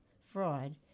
fraud